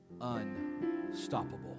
unstoppable